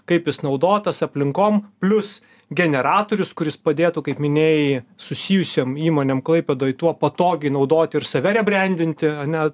kaip jis naudotas aplinkom plius generatorius kuris padėtų kaip minėjai susijusiom įmonėm klaipėdoj tuo patogiai naudoti ir save rebrendinti ane